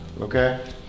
okay